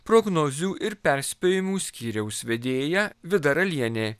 prognozių ir perspėjimų skyriaus vedėja vida ralienė